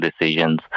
decisions